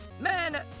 Man